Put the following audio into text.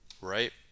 right